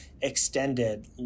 extended